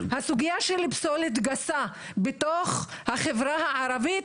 הסוגיה של פסולת גסה בתוך החברה הערבית